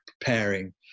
preparing